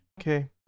Okay